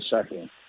second